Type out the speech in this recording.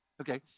Okay